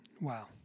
Wow